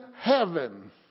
heaven